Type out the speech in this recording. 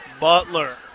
Butler